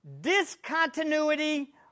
discontinuity